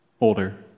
Older